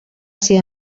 ser